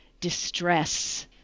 distress